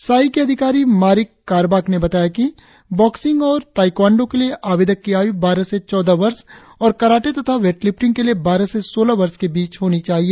साई के अधिकारी मारिक कारबाक ने बताया कि बक्सिंग और ताईक्वांडो के लिए आवेदक की आयु बारह से चौदह वर्ष और कराटे तथा वेटलिफ्टिंग के लिए बारह से सोलह वर्ष के बीच होना चाहिए